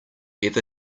ever